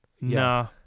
nah